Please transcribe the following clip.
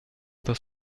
does